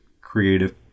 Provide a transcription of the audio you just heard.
creative